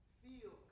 feel